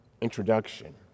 introduction